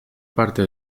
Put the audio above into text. parte